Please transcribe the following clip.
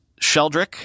Sheldrick